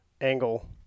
angle